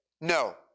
no